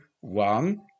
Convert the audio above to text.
one